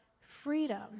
freedom